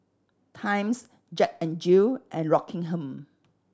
Times Jack N Jill and Rockingham